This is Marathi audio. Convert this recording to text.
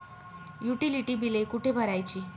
युटिलिटी बिले कुठे भरायची?